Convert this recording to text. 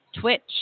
Twitch